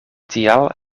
tial